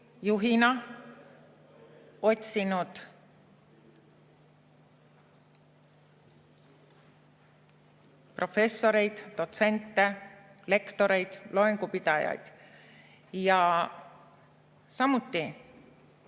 juhina otsinud professoreid, dotsente, lektoreid, loengupidajaid ja samuti